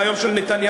והיום של נתניהו,